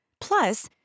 Plus